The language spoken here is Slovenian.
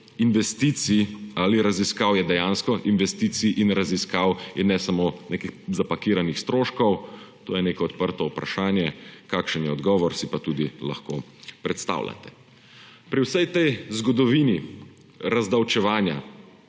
investicij ali raziskav je dejansko investicij in raziskav in ne samo nekih zapakiranih stroškov, to je neko odprto vprašanje, kakšen je odgovor, si pa tudi lahko predstavljate. Pri vsej tej zgodovini razdavčevanja,